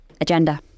agenda